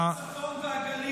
הכנסת נתקבלה.